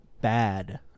bad